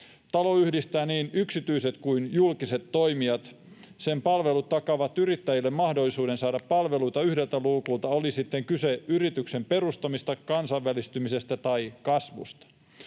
Talo yhdistää niin yksityiset kuin julkiset toimijat. Sen palvelut takaavat yrittäjille mahdollisuuden saada palveluita yhdeltä luukulta, oli kyse sitten yrityksen perustamisesta, kansainvälistymisestä tai kasvusta.